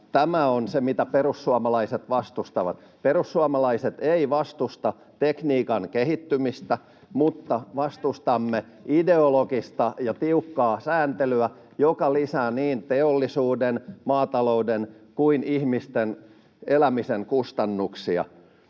tämä on se, mitä Perussuomalaiset vastustaa. Perussuomalaiset ei vastusta tekniikan kehittymistä, [Satu Hassin välihuuto] mutta vastustamme ideologista ja tiukkaa sääntelyä, joka lisää niin teollisuuden, maatalouden kuin ihmisten elämisen kustannuksia.